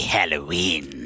Halloween